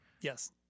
Yes